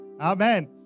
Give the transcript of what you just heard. Amen